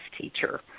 teacher